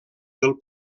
del